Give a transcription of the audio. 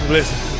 Listen